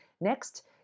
Next